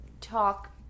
talk